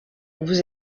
vous